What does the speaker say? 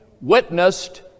witnessed